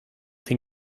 den